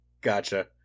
Gotcha